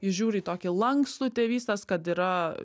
jie žiūri į tokį lankstų tėvystės kad yra